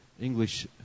English